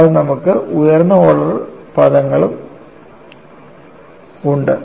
കൂടാതെ നമുക്ക് ഉയർന്ന ഓർഡർ പദങ്ങളും ഉണ്ട്